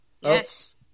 Yes